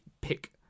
pick